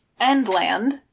Endland